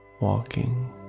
walking